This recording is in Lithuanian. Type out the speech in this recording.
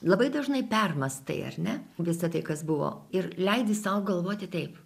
labai dažnai permąstai ar ne visą tai kas buvo ir leidi sau galvoti taip